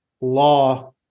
law